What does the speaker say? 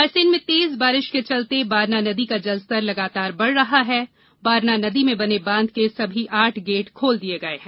रायसेन में तेज बारिश के चलते बारना नदी का जलस्तर लगाकर बढ़ रहा है बारना नदी में बने बांध के सभी आठ गेट खोल दिए गए हैं